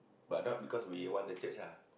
but not because we want the church ah